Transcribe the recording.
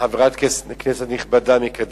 מחברת כנסת נכבדה מקדימה,